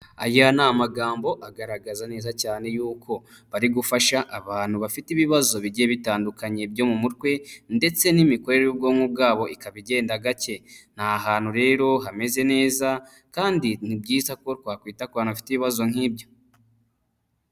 Aya ni amagambo agaragaza neza cyane yuko bari gufasha abantu bafite ibibazo bigiye bitandukanye byo mu mutwe ndetse n'imikorere y'ubwoko bwabo ikaba igenda gake, ni hantu rero hameze neza kandi ni byiza ko twakwita ku bantu bafite ibibazo nk'ibyo